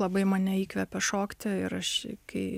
labai mane įkvepia šokti ir aš kai